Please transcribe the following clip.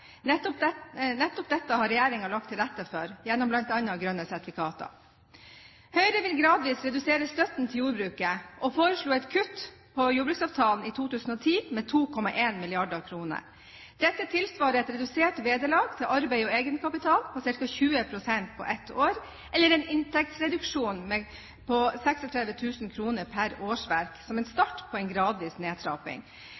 Nettopp dette har regjeringen lagt til rette for, gjennom bl.a. grønne sertifikater. Høyre vil gradvis redusere støtten til jordbruket og foreslo et kutt på jordbruksavtalen i 2010 med 2,1 mrd. kr. Dette tilsvarer et redusert vederlag til arbeid og egenkapital på ca. 20 pst. på ett år, eller en inntektsreduksjon på 36 000 kr per årsverk, som en